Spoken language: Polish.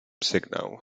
sygnał